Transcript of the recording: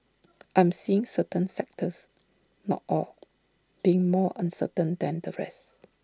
I am seeing certain sectors not all being more uncertain than the rest